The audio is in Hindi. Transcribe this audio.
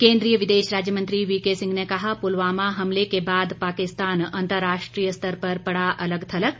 केंद्रीय विदेश राज्य मंत्री वीकेसिंह ने कहा पुलवामा हमले के बाद पाकिस्तान अंतर्राष्ट्रीय स्तर पर पड़ा अलग थलग